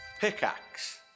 Pickaxe